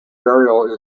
burial